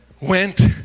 went